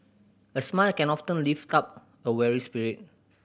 a smile can often lift up a weary spirit